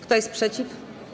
Kto jest przeciw?